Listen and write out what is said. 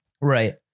Right